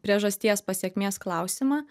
priežasties pasekmės klausimą